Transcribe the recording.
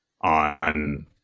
on